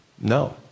No